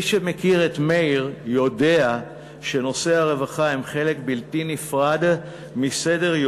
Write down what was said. מי שמכיר את מאיר יודע שנושאי הרווחה הם חלק בלתי נפרד מסדר-יומו,